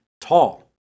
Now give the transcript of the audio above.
tall